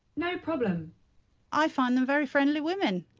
no problem i find them very friendly women